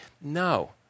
no